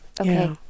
okay